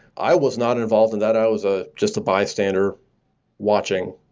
i was not involved in that. i was ah just a bystander watching.